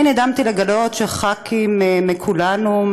ואני נדהמתי לגלות שחברי כנסת מכולנו,